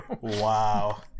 wow